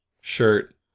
shirt